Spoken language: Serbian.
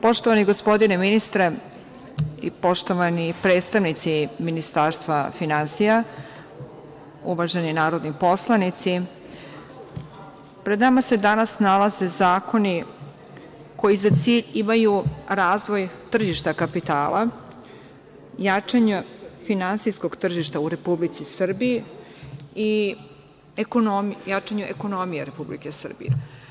Poštovani gospodine ministre, poštovani predstavnici Ministarstva finansija, uvaženi narodni poslanici, pred nama se danas nalaze zakoni koji za cilj imaju razvoj tržišta kapitala, jačanje finansijskog tržišta u Republici Srbiji i jačanje ekonomije Republike Srbije.